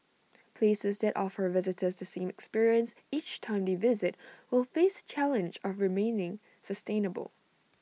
places that offer visitors the same experience each time they visit will face the challenge of remaining sustainable